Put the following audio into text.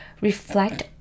reflect